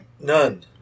None